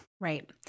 Right